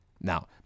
Now